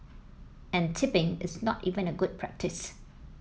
and tipping is not even a good practice